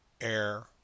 air